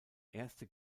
erste